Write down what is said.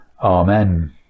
Amen